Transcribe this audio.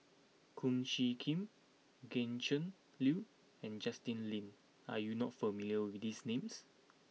Kum Chee Kin Gretchen Liu and Justin Lean are you not familiar with these names